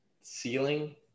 ceiling